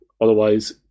otherwise